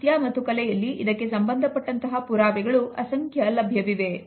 ಸಾಹಿತ್ಯ ಮತ್ತು ಕಲೆಯಲ್ಲಿ ಇದಕ್ಕೆ ಸಂಬಂಧಪಟ್ಟಂತಹ ಪುರಾವೆಗಳು ಅಸಂಖ್ಯ ಲಭ್ಯವಿವೆ